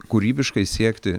kūrybiškai siekti